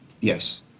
Yes